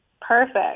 Perfect